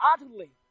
utterly